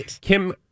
Kim